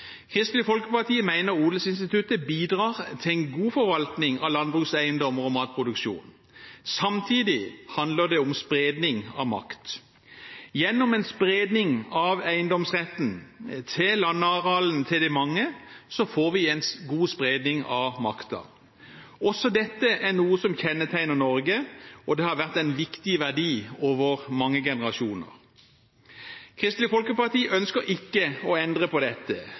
Kristelig Folkeparti mener odelsinstituttet bidrar til en god forvaltning av landbrukseiendommer og matproduksjon. Samtidig handler det om spredning av makt. Gjennom en spredning av eiendomsretten til landarealer til de mange får vi en god spredning av makten. Også dette er noe som kjennetegner Norge, og det har vært en viktig verdi over mange generasjoner. Kristelig Folkeparti ønsker ikke å endre på dette.